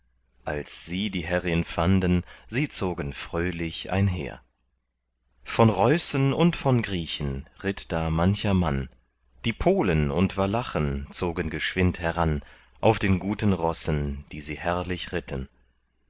als sie die herrin fanden sie zogen fröhlich einher von reußen und von griechen ritt da mancher mann die polen und walachen zogen geschwind heran auf den guten rossen die sie herrlich ritten